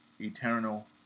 eternal